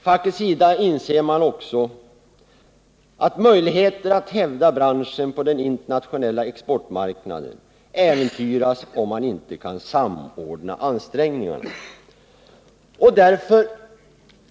Facket inser också att möjligheterna att hävda branschen på den internationella exportmarknaden äventyras, om man inte kan samordna ansträngningarna.